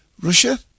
Russia